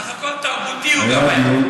סך הכול, תרבותי הוא גם היה.